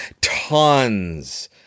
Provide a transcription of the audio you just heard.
Tons